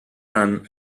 run